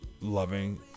loving